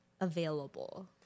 available